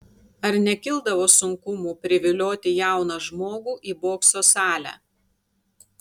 ar nekildavo sunkumų privilioti jauną žmogų į bokso salę